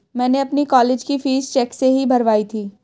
मैंने अपनी कॉलेज की फीस चेक से ही भरवाई थी